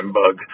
bug